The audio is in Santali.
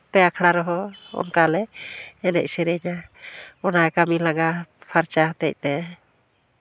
ᱯᱮ ᱟᱠᱷᱲᱟ ᱨᱮᱦᱚᱸ ᱚᱱᱠᱟᱞᱮ ᱮᱱᱮᱡ ᱥᱮᱨᱮᱧᱟ ᱚᱱᱟ ᱠᱟᱹᱢᱤ ᱞᱟᱸᱝᱜᱟ ᱯᱷᱟᱨᱪᱟ ᱦᱚᱛᱮᱫ ᱛᱮ